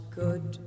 good